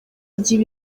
igihe